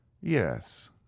yes